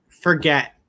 forget